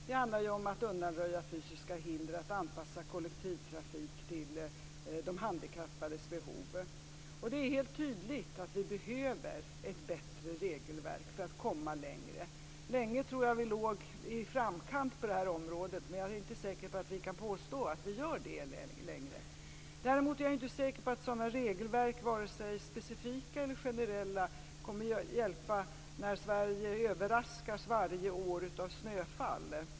Det handlar om att undanröja fysiska hinder och att anpassa kollektivtrafik till de handikappades behov. Det är helt tydligt att det behövs ett bättre regelverk för att vi skall komma längre. Jag trodde länge att vi låg i framkant på detta område, men jag är inte säker på att vi gör det längre. Däremot är jag inte säker på att sådana regelverk - vare sig de är specifika eller generella - kan vara till hjälp när Sverige varje år överraskas av snöfall.